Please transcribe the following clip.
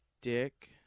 dick